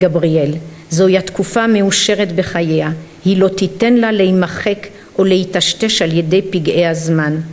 גבריאל, זוהי התקופה מאושרת בחייה, היא לא תיתן לה להימחק או להטשטש על ידי פגעי הזמן.